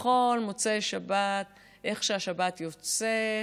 בכל מוצאי שבת, איך שהשבת יוצאת,